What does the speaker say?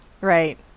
Right